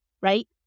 right